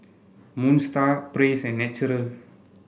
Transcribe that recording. Moon Star Praise and Naturel